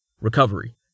Recovery